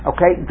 Okay